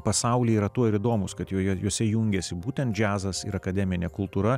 pasaulyje yra tuo ir įdomūs kad jos jose jungiasi būtent džiazas ir akademinė kultūra